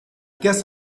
guess